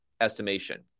estimation